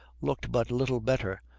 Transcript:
looked but little better,